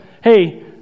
hey